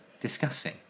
discussing